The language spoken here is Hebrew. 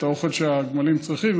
את האוכל שהגמלים צריכים,